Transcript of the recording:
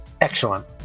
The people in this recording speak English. Excellent